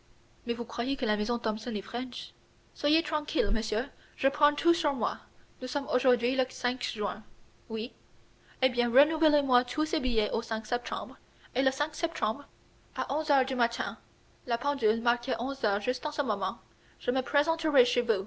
trois mais croyez-vous que la maison thomson et french soyez tranquille monsieur je prends tout sur moi nous sommes aujourd'hui le juin oui eh bien renouvelez moi tous ces billets au septembre et le septembre à onze heures du matin la pendule marquait onze heures juste en ce moment je me présenterai